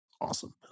Awesome